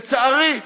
לצערי,